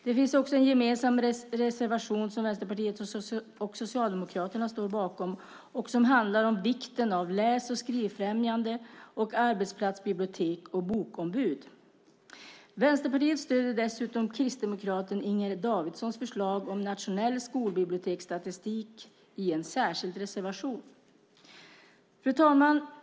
Det finns också en gemensam reservation som Vänsterpartiet och Socialdemokraterna står bakom som handlar om vikten av läs och skrivfrämjande, arbetsplatsbibliotek och bokombud. Vänsterpartiet stöder dessutom kristdemokraten Inger Davidsons förslag om nationell skolbiblioteksstatistik i en särskild reservation. Fru talman!